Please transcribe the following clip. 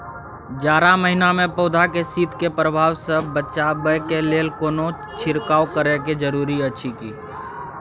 जारा महिना मे पौधा के शीत के प्रभाव सॅ बचाबय के लेल कोनो छिरकाव करय के जरूरी अछि की?